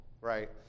right